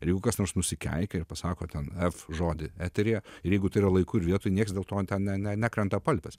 ir jeigu kas nors nusikeikia ir pasako ten f žodį eteryje ir jeigu tai yra laiku ir vietoj nieks dėl to ten ne nekrenta apalpęs